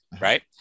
right